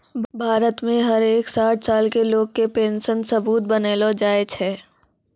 भारत मे हर एक साठ साल के लोग के पेन्शन सबूत बनैलो जाय छै